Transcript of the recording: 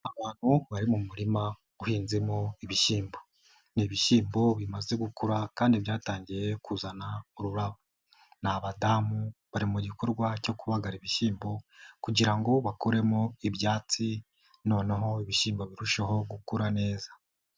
Abantu bari mu murima uhinzemo ibishyimbo, ni ibishyimbo bimaze gukura kandi byatangiye kuzana ururabo, ni abadamu bari mu gikorwa cyo kubagara ibishyimbo kugira ngo bakuremo ibyatsi, noneho ibishyimbo birusheho gukura neza.